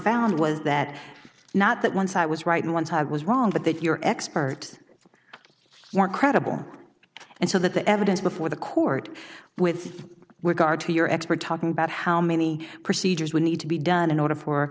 found was that not that once i was right and one side was wrong but that your expert more credible and so that the evidence before the court with regard to your expert talkin about how many procedures would need to be done in order for